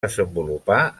desenvolupar